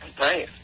right